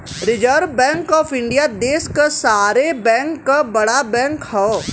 reserve bank of India देश क सारे बैंक क बड़ा बैंक हौ